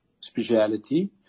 speciality